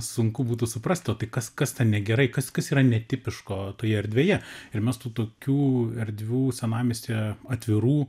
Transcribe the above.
sunku būtų suprast o tai kas kas ten negerai kas kas yra netipiško toje erdvėje ir mes tų tokių erdvių senamiestyje atvirų